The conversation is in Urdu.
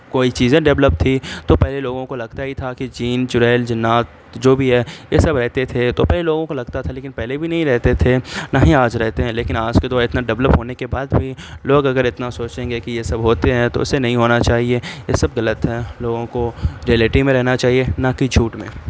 کوئی چیزیں ڈیولپ تھیں تو پہلے لوگوں کو لگتا یہی تھا کہ جین چڑیل جنات جو بھی ہے یہ سب رہتے تھے تو پہلے لوگوں کو لگتا تھا لیکن پہلے بھی نہیں رہتے تھے نہ ہی آج رہتے ہیں لیکن آج کے دور اتنا ڈیولپ ہونے کے بعد بھی لوگ اگر اتنا سوچیں گے کہ یہ سب ہوتے ہیں تو اسے نہیں ہونا چاہیے یہ سب غلط ہیں لوگوں کو ریئلٹی میں رہنا چاہیے نہ کہ جھوٹ میں